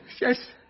yes